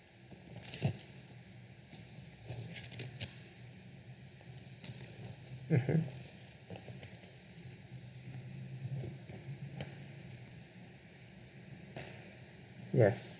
mmhmm yes